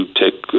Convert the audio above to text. take